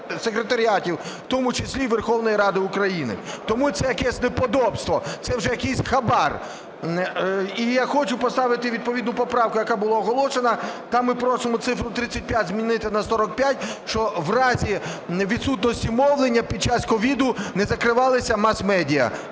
тому числі і Верховної Ради України? Тому це якесь неподобство, це вже якийсь хабар. І я хочу поставити відповідну поправку, яка була оголошена. Там ми просимо цифру 35 змінити на 45, щоб в разі відсутності мовлення під час COVID не закривалися мас-медіа.